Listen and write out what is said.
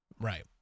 Right